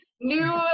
new